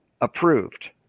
approved